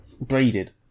Braided